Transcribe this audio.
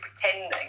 pretending